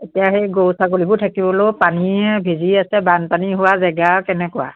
এতিয়া সেই গৰু ছাগলীবোৰ থাকিবলৈও পানী সেই ভিজি আছে বানপানী হোৱা জেগা আৰু কেনেকুৱা